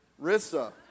Rissa